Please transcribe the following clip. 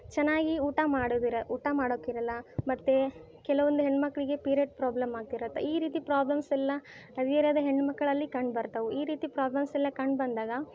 ಚೆನ್ನಾಗಿ ಊಟ ಮಾಡೋದಿರ ಊಟ ಮಾಡೊಕ್ಕಿರೋಲ್ಲ ಮತ್ತು ಕೆಲವೊಂದು ಹೆಣ್ಣುಮಕ್ಳಿಗೆ ಪೀರೆಡ್ ಪ್ರಾಬ್ಲಮ್ ಆಗ್ತಿರುತ್ತೆ ಈ ರೀತಿ ಪ್ರಾಬ್ಲಮ್ಸ್ ಎಲ್ಲ ಹದಿಹರೆಯದ ಹೆಣ್ಣು ಮಕ್ಕಳಲ್ಲಿ ಕಂಡು ಬರ್ತಾವು ಈ ರೀತಿ ಪ್ರಾಬ್ಲಮ್ಸ್ ಎಲ್ಲ ಕಂಡು ಬಂದಾಗ